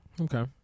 Okay